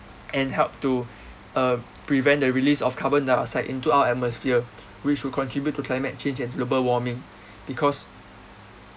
and help to uh prevent the release of carbon dioxide into our atmosphere which will contribute to climate change and global warming because